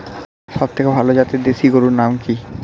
সবথেকে ভালো জাতের দেশি গরুর নাম কি?